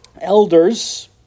elders